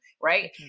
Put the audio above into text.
right